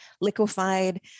liquefied